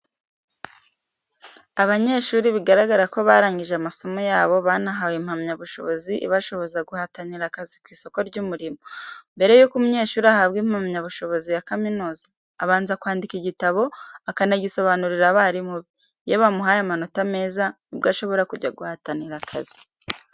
Abanyeshuri bigaragara ko barangije amasomo yabo banahawe impamyabushobozi ibashoboza guhatanira akazi ku isoko ry'umurimo. Mbere y'uko umunyeshuri ahabwa impamyabushobozi ya kaminuza, abanza kwandika igitabo akanagisobanurira abarimu be, iyo bamuhaye amanota meza nibwo ashobora kujya guhatanira akazi.